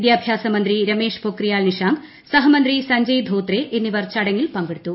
വിദ്യാഭ്യാസ മന്ത്രി രമ്മേൾപൊഖ്രിയാൽ നിഷാങ്ക് സഹമന്ത്രി സഞ്ജയ് ധ്യോഖ്ത്ത് എന്നിവർ ചടങ്ങിൽ പങ്കെടുത്തു